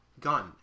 gun